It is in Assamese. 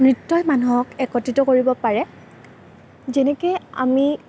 নৃত্যই মানুহক একত্ৰিত কৰিব পাৰে যেনেকৈ আমি